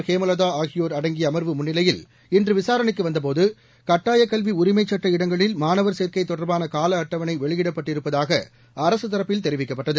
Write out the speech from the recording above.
ஹேமலதா ஆகியோர் அடங்கிய அமர்வு முன்னிலையில் இன்று விசாரணைக்கு வந்தபோது கட்டாயக் கல்வி உரிமைச் சட்ட இடங்களில் மாணவர் சேர்க்கை தொடர்பாள கால அட்டவணை வெளியிடப்பட்டிருப்பதாக அரசு தரப்பில் தெரிவிக்கப்பட்டது